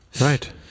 right